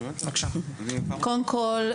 קודם כל,